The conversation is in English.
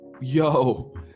Yo